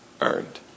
earned